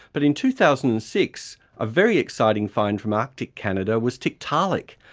but in two thousand and six, a very exciting find from arctic canada was tiktaalik,